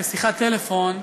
בשיחת טלפון,